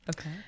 Okay